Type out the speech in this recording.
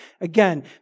Again